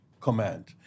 command